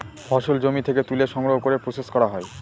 ফসল জমি থেকে তুলে সংগ্রহ করে প্রসেস করা হয়